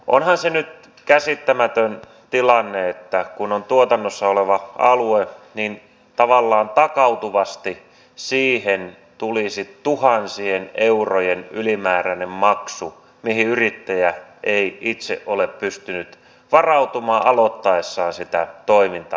onhan se nyt käsittämätön tilanne että kun on tuotannossa oleva alue niin tavallaan takautuvasti siihen tulisi tuhansien eurojen ylimääräinen maksu mihin yrittäjä ei itse ole pystynyt varautumaan aloittaessaan sitä toimintaa